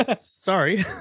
Sorry